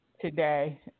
today